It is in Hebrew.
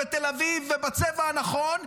בתל אביב ובצבע הנכון,